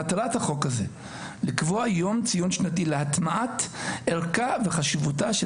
מטרת החוק הזה "לקבוע יום ציון שנתי להטמעת ערכה וחשיבותה של